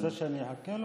אתה רוצה שאני אחכה לו?